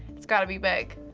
it's gotta be big.